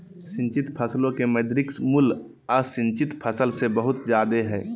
सिंचित फसलो के मौद्रिक मूल्य असिंचित फसल से बहुत जादे हय